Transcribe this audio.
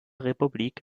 republik